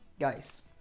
Guys